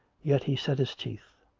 yet he set his teeth.